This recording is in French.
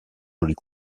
jolies